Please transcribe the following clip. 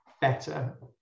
better